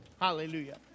Hallelujah